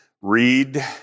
read